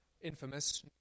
infamous